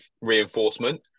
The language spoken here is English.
reinforcement